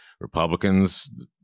Republicans